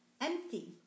empty